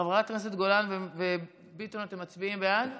חברי הכנסת גולן וביטון, אתם מצביעים בעד?